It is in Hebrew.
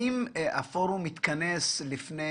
האם הפורום התכנס לפני